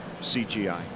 CGI